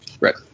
Right